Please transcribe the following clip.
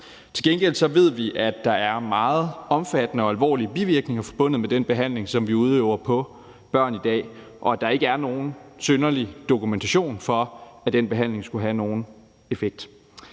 Til gengæld ved vi, at der er meget omfattende og alvorlige bivirkninger forbundet med den behandling, som vi udøver på børn i dag, og at der ikke er nogen synderlig dokumentation for, at den behandling skulle have nogen effekt.